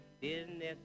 business